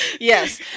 Yes